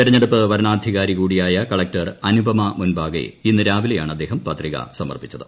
തെരഞ്ഞെടുപ്പ് വരണാധികാരി കൂടിയായ്ക്കളക്ടർ അനുപമ മുൻപാകെ ഇന്ന് രാവിലെയാണ് അദ്ദേഹം പത്രിക സമർപ്പിച്ചത്